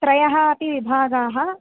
त्रयः अपि विभागाः